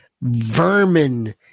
vermin